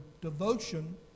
devotion